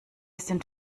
sind